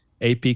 AP